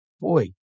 boy